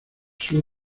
sur